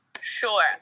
Sure